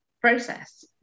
process